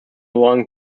long